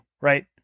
right